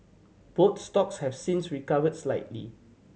both stocks have since recovered slightly